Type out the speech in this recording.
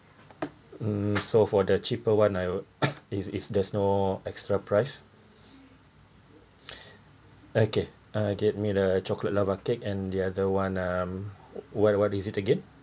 mm so for the cheaper one I will is is there's no extra price okay uh get me the chocolate lava cake and the other one um what what is it again